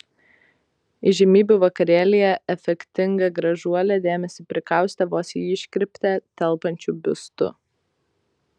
įžymybių vakarėlyje efektinga gražuolė dėmesį prikaustė vos į iškirptę telpančiu biustu